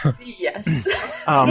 Yes